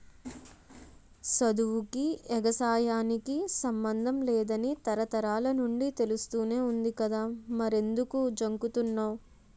సదువుకీ, ఎగసాయానికి సమ్మందం లేదని తరతరాల నుండీ తెలుస్తానే వుంది కదా మరెంకుదు జంకుతన్నావ్